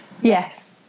Yes